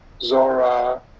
zora